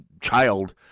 child